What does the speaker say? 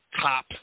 top